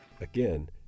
Again